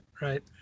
right